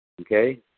Okay